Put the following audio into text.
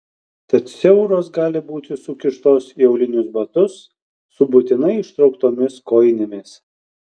tad siauros gali būti sukištos į aulinius batus su būtinai ištrauktomis kojinėmis